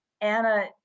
Anna